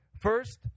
First